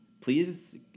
please